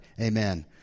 Amen